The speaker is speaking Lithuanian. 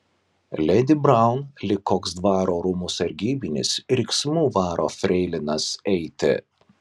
ledi braun lyg koks dvaro rūmų sargybinis riksmu varo freilinas eiti